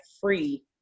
free